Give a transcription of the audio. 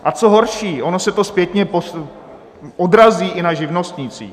A co horší ono se to zpětně odrazí i na živnostnících.